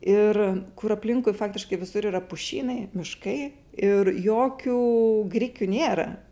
ir kur aplinkui faktiškai visur yra pušynai miškai ir jokių grikių nėra